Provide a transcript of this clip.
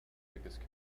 biggest